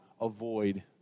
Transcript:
avoid